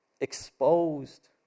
exposed